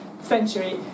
Century